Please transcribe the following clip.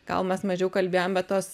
gal mes mažiau kalbėjom bet tos